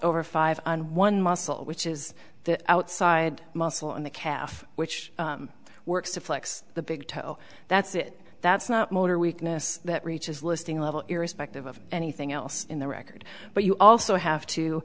over five on one muscle which is the outside muscle in the calf which works to flex the big toe that's it that's not motor weakness that reaches listing level irrespective of anything else in the record but you also have to